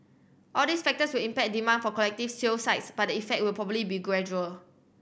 all these factors will impact demand for collective sale sites but the effect will probably be gradual